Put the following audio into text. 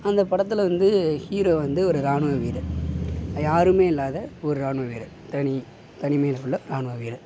அந்த படத்தில் வந்து ஹீரோ வந்து ஒரு ராணுவ வீரர் யாரும் இல்லாத ஒரு ராணுவ வீரர் தனி தனிமையில் உள்ள ராணுவ வீரர்